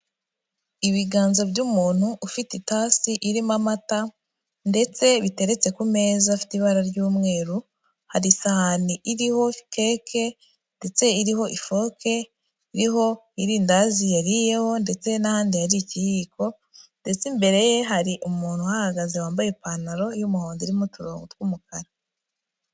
Ibiganza by'umuntu ufite itasi irimo amata ndetse biteretse ku meza afite ibara ry'umweru, hari isahani iriho keke ndetse iriho ifoke, iriho irindandazi yariyeho ndetse n'ahandi hari ikiyiko, ndetse imbere ye hari umuntu uhahagaze wambaye ipantaro y'umuhondo irimo uturongo tw'umukara.